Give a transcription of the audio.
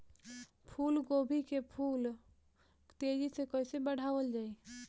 फूल गोभी के फूल तेजी से कइसे बढ़ावल जाई?